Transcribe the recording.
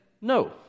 no